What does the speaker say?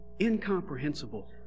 incomprehensible